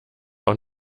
auch